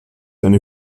eine